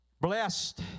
Blessed